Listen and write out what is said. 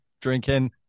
drinking